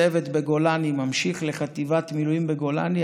צוות בגולני ממשיך לחטיבת מילואים בגולני,